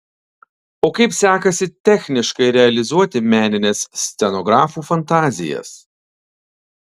o kaip sekasi techniškai realizuoti menines scenografų fantazijas